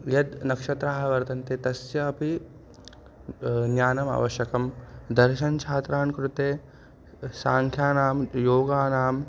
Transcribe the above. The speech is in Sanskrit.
यत् नक्षत्राः वर्तन्ते तस्यापि ज्ञानम् आवश्यकं दर्शनछात्राणां कृते साङ्ख्यानां योगानाम्